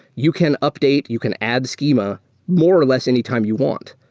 you can update, you can add schema more or less anytime you want.